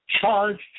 charged